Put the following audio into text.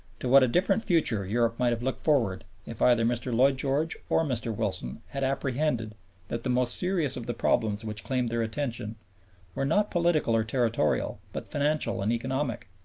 to what a different future europe might have looked forward if either mr. lloyd george or mr. wilson had apprehended that the most serious of the problems which claimed their attention were not political or territorial but financial and economic,